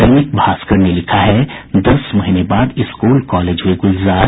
दैनिक भास्कर ने लिखा है दस महीने बाद स्कूल कॉलेज हुए गुलजार